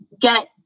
get